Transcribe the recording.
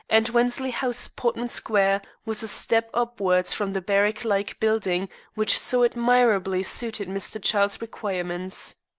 and wensley house, portman square, was a step upwards from the barrack-like building which so admirably suited mr. childe's requirements.